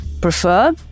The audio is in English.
prefer